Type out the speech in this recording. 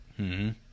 -hmm